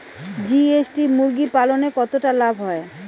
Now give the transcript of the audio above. GST মুরগি পালনে কতটা লাভ হয়?